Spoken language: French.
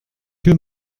que